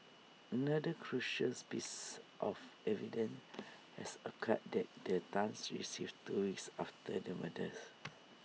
another crucial spice of evidence is A card that the Tans received two weeks after the murders